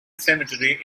cemetery